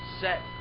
set